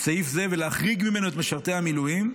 סעיף זה ולהחריג ממנו את משרתי המילואים.